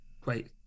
great